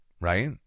right